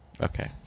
Okay